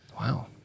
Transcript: Wow